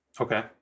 Okay